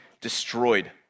destroyed